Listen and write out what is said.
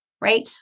right